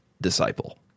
disciple